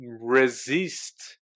resist